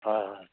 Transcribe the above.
হয় হয়